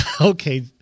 Okay